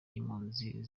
y’impunzi